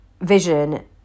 vision